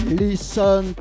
listen